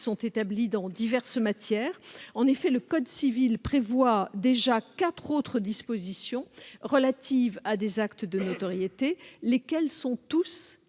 établis dans diverses matières. En effet, le code civil prévoit déjà quatre autres dispositions relatives à des actes de notoriété tous